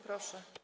Proszę.